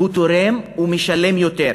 הוא תורם ומשלם יותר,